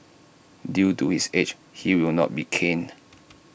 due to his age he will not be caned